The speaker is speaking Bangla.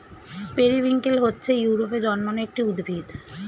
পেরিউইঙ্কেল হচ্ছে ইউরোপে জন্মানো একটি উদ্ভিদ